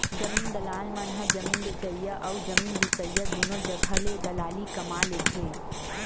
जमीन दलाल मन ह जमीन बेचइया अउ जमीन बिसईया दुनो जघा ले दलाली कमा लेथे